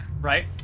Right